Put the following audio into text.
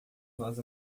nós